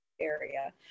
area